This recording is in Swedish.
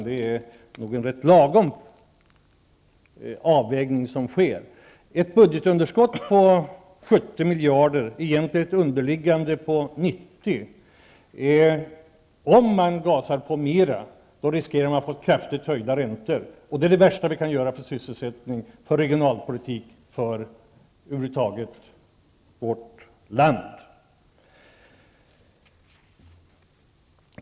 Det är nog fråga om en avvägning som är rätt lagom. Vid ett budgetunderskott på 70 miljarder kronor, egentligen 90 miljarder, riskerar man att få en kraftig höjning av räntorna, om man gasar på mera. Detta är det värsta som man kan göra med tanke på sysselsättningen, regionalpolitiken och över huvud taget vårt land.